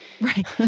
Right